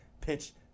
pitch